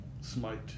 Smite